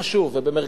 ובמרכז הארץ,